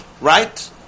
right